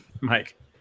Mike